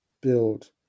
build